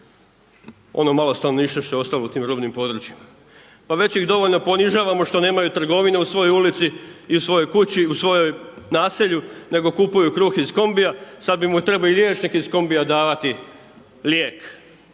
ono malo stanovništva što je ostalo u tim rubnim područjima. Pa već ih dovoljno ponižavamo što nemaju trgovine u svojoj ulici i u svojoj kući i u svom naselju, nego kupuju kruh iz kombija, sada im trebao i liječnik iz kombija davati lijek.